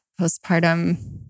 postpartum